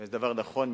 זה דבר נכון,